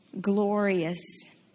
glorious